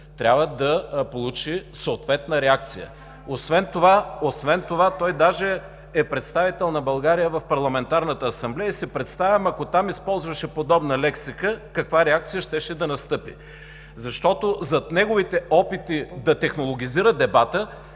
трябва да получи съответна реакция. Освен това той даже е представител на България в Парламентарната асамблея и си представям, ако там използваше подобна лексика, каква реакция щеше да настъпи. Защото зад неговите опити да технологизира дебата